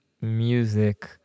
music